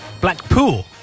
Blackpool